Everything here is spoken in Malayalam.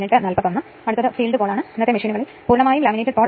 ഇത് ഒരു ഓട്ടോ ട്രാൻസ്ഫോർമർ ആണ് ഇവ വളരെ ലളിതമായ കാര്യമാണ്